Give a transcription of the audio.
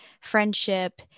Friendship